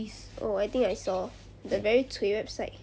oh I think I saw the very cui website